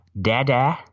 Dada